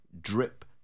drip